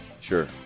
Sure